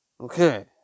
Okay